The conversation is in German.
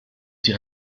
sie